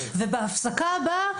ובהפסקה הבאה,